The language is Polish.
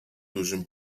dużym